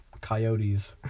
Coyotes